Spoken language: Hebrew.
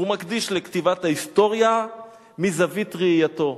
הוא מקדיש לכתיבת ההיסטוריה מזווית ראייתו.